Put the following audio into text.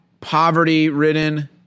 poverty-ridden